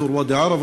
מאזור ואדי-עארה,